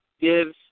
gives